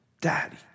daddy